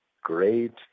great